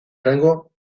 rango